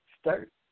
start